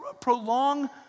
prolong